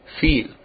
feel